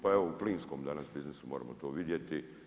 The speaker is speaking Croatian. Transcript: Pa evo, u plinskom danas biznisu moramo to vidjeti.